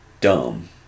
dumb